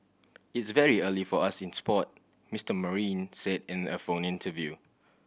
it's very early for us in sport Mister Marine said in a phone interview